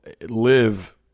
live